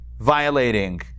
violating